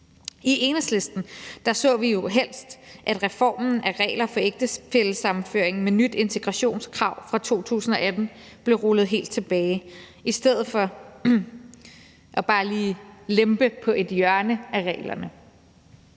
I Enhedslisten så vi jo helst, at reformen af regler for ægtefællesammenføring med nyt integrationskrav fra 2018 blev rullet helt tilbage i stedet for bare lige at lempe på et hjørne af reglerne.